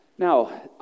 Now